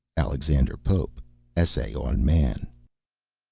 alexander pope essay on man